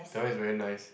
that one is very nice